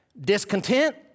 Discontent